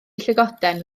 llygoden